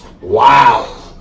wow